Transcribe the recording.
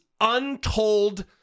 untold